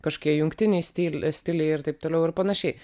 kažkokie jungtiniai stil stiliai ir taip toliau ir panašiai